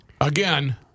Again